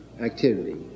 activity